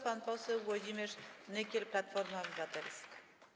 Pan poseł Włodzimierz Nykiel, Platforma Obywatelska.